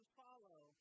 follow